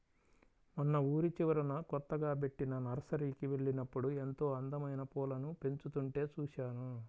మొన్న ఊరి చివరన కొత్తగా బెట్టిన నర్సరీకి వెళ్ళినప్పుడు ఎంతో అందమైన పూలను పెంచుతుంటే చూశాను